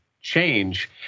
change